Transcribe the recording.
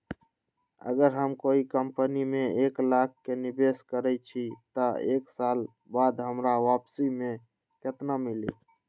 अगर हम कोई कंपनी में एक लाख के निवेस करईछी त एक साल बाद हमरा वापसी में केतना मिली?